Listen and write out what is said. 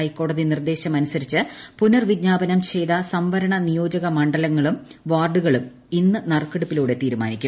ഹൈക്കോടതി നിർദ്ദേശമനുസരിച്ച് പുനർവിജ്ഞാപനം ചെയ്ത സംവരണ നിയോജക മണ്ഡലങ്ങളും വാർഡുകളും ഇന്ന് നറുളുക്കടുപ്പിലൂടെ തീരുമാനിക്കും